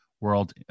world